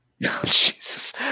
Jesus